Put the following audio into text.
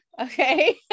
okay